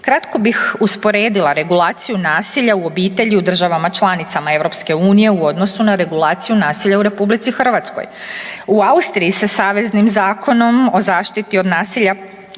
Kratko bih usporedila regulaciju nasilja u obitelji u državama članicama EU u odnosu na regulaciju nasilja u RH. U Austriji se saveznim zakonom o zaštiti od nasilja